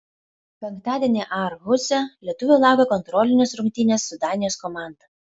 penktadienį aarhuse lietuvių laukia kontrolinės rungtynės su danijos komanda